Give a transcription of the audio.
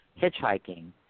hitchhiking